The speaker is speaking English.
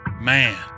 Man